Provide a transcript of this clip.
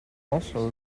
also